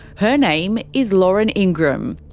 her name is lauren ingram.